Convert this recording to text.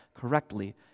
correctly